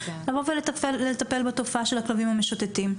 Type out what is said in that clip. לבוא ולטפל בתופעה של הכלבים המשוטטים.